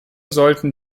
sollten